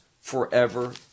forever